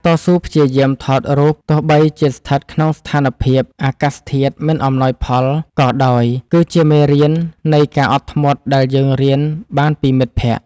តស៊ូព្យាយាមថតរូបទោះបីជាស្ថិតក្នុងស្ថានភាពអាកាសធាតុមិនអំណោយផលក៏ដោយគឺជាមេរៀននៃការអត់ធ្មត់ដែលយើងរៀនបានពីមិត្តភក្តិ។